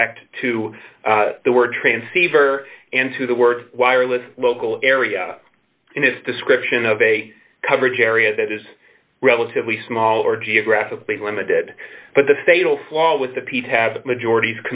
effect to the word transceiver into the word wireless local area in its description of a coverage area that is relatively small or geographically limited but the fatal flaw with the